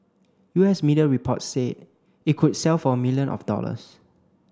U S media reports say it could sell for million of dollars